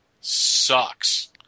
sucks